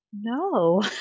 no